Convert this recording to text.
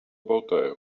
болтаю